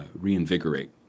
reinvigorate